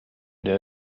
der